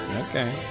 okay